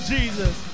Jesus